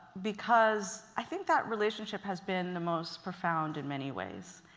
because i think that relationship has been the most profound in many ways.